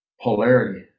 polarity